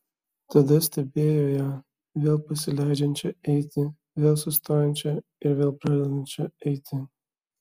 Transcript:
tada stebėjo ją vėl pasileidžiančią eiti vėl sustojančią ir vėl pradedančią eiti